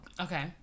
Okay